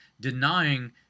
denying